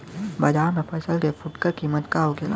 बाजार में फसल के फुटकर कीमत का होखेला?